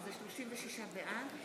בעד.